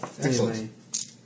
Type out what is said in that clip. excellent